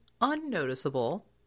unnoticeable